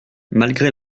malgré